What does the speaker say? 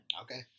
Okay